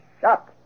shut